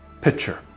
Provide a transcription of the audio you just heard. picture